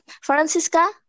Francisca